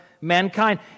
mankind